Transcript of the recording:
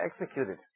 executed